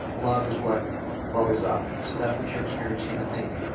love is what bubbles up. and so that's what you're experiencing, i think.